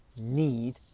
need